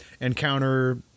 encounter